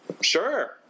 sure